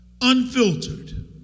unfiltered